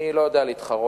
אני לא יודע להתחרות,